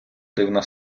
дивна